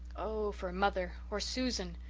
oh, for mother or susan!